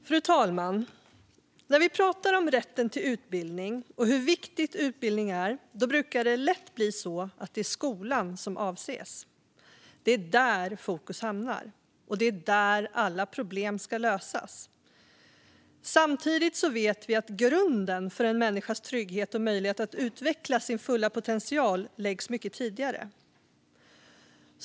Fru talman! När vi pratar om rätten till utbildning och hur viktig utbildning är brukar det lätt bli så att det är skolan som avses. Det är där fokus hamnar, och det är där alla problem ska lösas. Samtidigt vet vi att grunden för en människas trygghet och möjlighet att utveckla sin fulla potential läggs mycket tidigare.